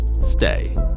Stay